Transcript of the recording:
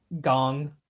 gong